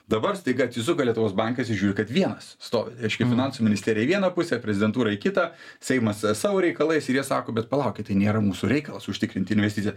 dabar staiga atsisuko lietuvos bankas ir žiūri kad vienas stovi reiškia finansų ministerija į vieną pusę prezidentūra į kitą seimas savo reikalais ir jie sako bet palaukit tai nėra mūsų reikalas užtikrint investicijas